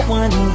one